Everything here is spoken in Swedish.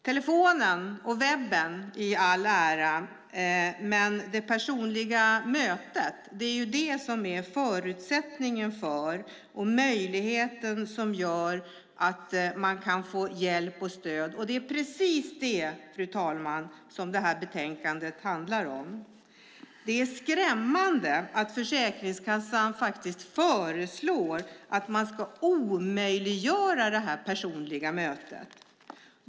Telefonen och webben i all ära, men det personliga mötet är förutsättningen för och ger möjlighet att få hjälp och stöd. Det är precis det, fru talman, som betänkandet handlar om. Det är skrämmande att Försäkringskassan föreslår att man ska omöjliggöra det personliga mötet.